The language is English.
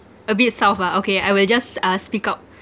a bit soft ah okay I will just uh speak up